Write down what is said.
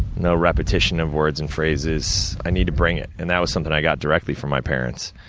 no repetition of words and phrases, i need to bring it. and, that was something i got directly from my parents,